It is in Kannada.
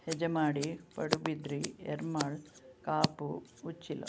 ಹೆಜಮಾಡಿ ಪಡುಬಿದ್ರಿ ಎರ್ಮಾಳ್ ಕಾಪು ಉಚ್ಚಿಲ